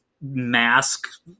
mask